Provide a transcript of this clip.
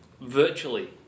virtually